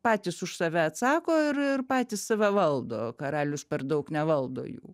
patys už save atsako ir ir patys save valdo karalius per daug nevaldo jų